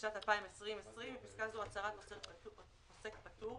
לשנת 2020 (בפסקה זו, הצהרת עוסק פטור),